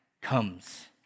comes